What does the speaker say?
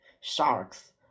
Sharks